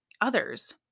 others